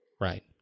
Right